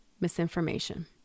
misinformation